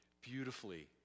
beautifully